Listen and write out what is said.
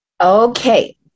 Okay